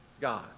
God